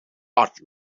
art